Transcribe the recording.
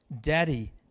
Daddy